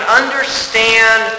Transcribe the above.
understand